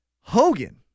Hogan